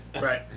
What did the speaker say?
right